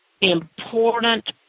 important